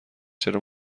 چرا